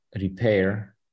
repair